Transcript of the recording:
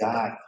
God